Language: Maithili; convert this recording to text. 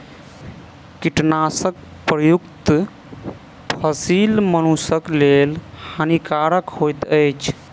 कीटनाशक प्रयुक्त फसील मनुषक लेल हानिकारक होइत अछि